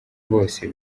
bose